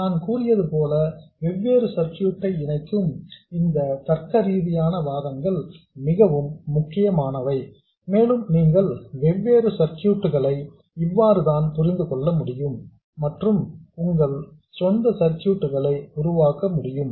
நான் கூறியது போல வெவ்வேறு சர்க்யூட்ஸ் ஐ இணைக்கும் இந்த தர்க்க ரீதியான வாதங்கள் மிகவும் முக்கியமானவை மேலும் நீங்கள் வெவ்வேறு சர்க்யூட்ஸ் களை இவ்வாறுதான் புரிந்து கொள்ள முடியும் மற்றும் உங்கள் சொந்த சர்க்யூட்ஸ் களை உருவாக்க முடியும்